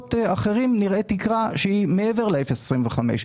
שבמקומות אחרים נראה תקרה שהיא מעבר ל-0.25%.